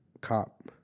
Cop